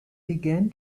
began